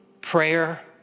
prayer